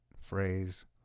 phrase